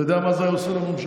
אתה יודע מה זה היה עושה לממשלה?